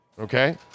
okay